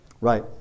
Right